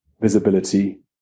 visibility